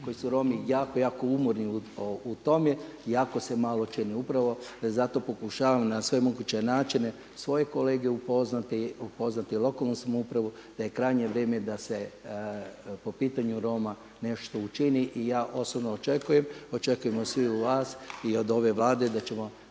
koji su Romi jako, jako umorni jako se malo čini. Upravo zato pokušavam na sve moguće načine svoje kolege upoznati, upoznati lokalnu samoupravu da je krajnje vrijeme da se po pitanju Roma nešto učini. I ja osobno očekujem, očekujem od sviju vas i ove Vlade da ćemo